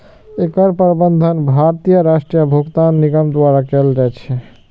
एकर प्रबंधन भारतीय राष्ट्रीय भुगतान निगम द्वारा कैल जाइ छै